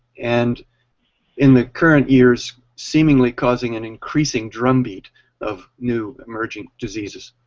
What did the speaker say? and in the current years seemingly causing an increasing drum beat of new emerging diseases.